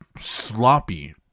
sloppy